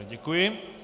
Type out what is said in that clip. Děkuji.